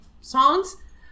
songs